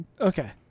Okay